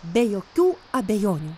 be jokių abejonių